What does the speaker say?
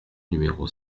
numéro